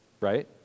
right